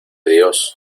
dios